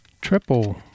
triple